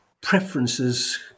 preferences